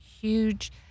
huge